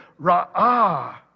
Ra'ah